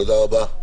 תודה רבה.